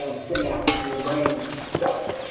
synapse in your brain stuff,